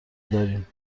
داریم